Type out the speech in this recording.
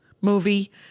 movie